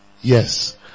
Yes